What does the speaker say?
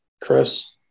Chris